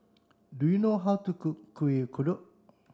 do you know how to cook Kuih Kodok